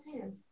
hand